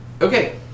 Okay